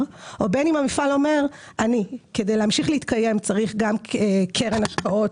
או בין המפעל אומר שכדי להמשיך להתקיים הוא צריך קרן השקעות